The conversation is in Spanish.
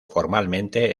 formalmente